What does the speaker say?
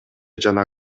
жана